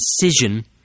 decision